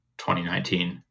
2019